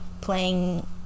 playing